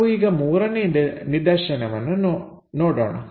ನಾವು ಈಗ ಮೂರನೇ ನಿದರ್ಶನವನ್ನು ನಾವು ನೋಡೋಣ